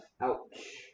Ouch